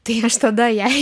tai aš tada jai